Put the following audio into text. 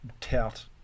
tout